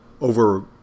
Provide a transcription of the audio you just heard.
over